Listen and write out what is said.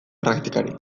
praktikari